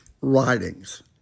writings